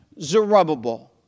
Zerubbabel